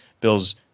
bills